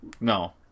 no